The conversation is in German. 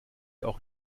auch